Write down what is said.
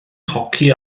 hoci